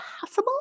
possible